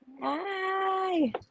hi